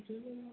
Jay Jhulelal